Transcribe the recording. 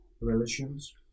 religions